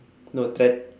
no threat~